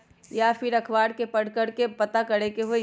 या फिर अखबार में पढ़कर के पता करे के होई?